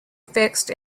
fixed